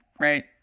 right